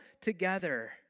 together